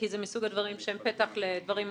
כי זה מסוג הדברים שהם פתח לדברים אחרים.